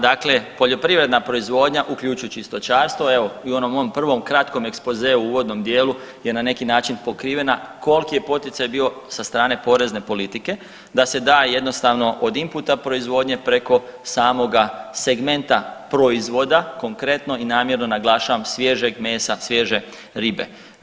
Dakle, poljoprivredna proizvodnja uključujući i stočarstvo evo i u onom mom prvom kratkom ekspozeu u uvodnom dijelu je na neki način pokrivena, koliki je poticaj bio sa strane porezne politike da se da jednostavno od inputa proizvodnje preko samoga segmenta proizvoda, konkretno i namjerno naglašavam svježeg mesa, svježe ribe.